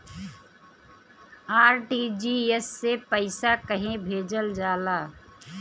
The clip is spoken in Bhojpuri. आर.टी.जी.एस से पइसा कहे भेजल जाला?